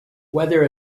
whether